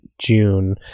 june